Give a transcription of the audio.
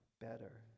better